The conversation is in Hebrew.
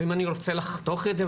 ואם אני רוצה לחתוך את זה,